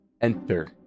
Enter